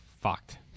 fucked